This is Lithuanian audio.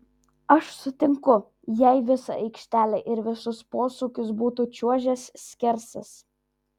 aš sutinku jei visą aikštelę ir visus posūkius būtų čiuožęs skersas